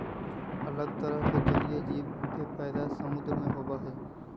अलग तरह के जलीय जीव के पैदा समुद्र में होबा हई